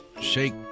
shake